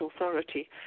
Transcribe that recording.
authority